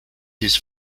his